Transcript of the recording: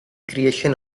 creation